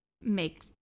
make